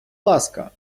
ласка